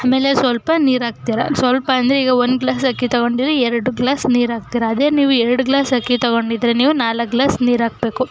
ಆಮೇಲೆ ಸ್ವಲ್ಪ ನೀರಾಕ್ತೀರಾ ಸ್ವಲ್ಪ ಅಂದರೆ ಈಗ ಒಂದು ಗ್ಲಾಸ್ ಅಕ್ಕಿ ತೊಗೊಂಡಿದ್ದರೆ ಎರಡು ಗ್ಲಾಸ್ ನೀರಾಕ್ತೀರ ಅದೇ ನೀವು ಎರಡು ಗ್ಲಾಸ್ ಅಕ್ಕಿ ತೊಗೊಂಡಿದ್ದರೆ ನೀವು ನಾಲ್ಕು ಗ್ಲಾಸ್ ನೀರಾಕ್ಬೇಕು